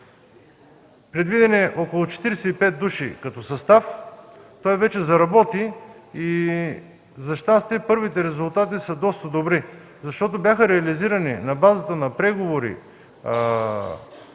предвиден е около 45 души състав. Той вече заработи и за щастие първите резултати са доста добри, защото на базата на преговори